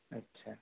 আচ্ছা